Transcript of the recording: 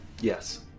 Yes